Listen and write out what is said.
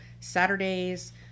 Saturdays